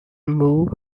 move